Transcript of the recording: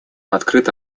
открыто